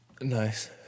Nice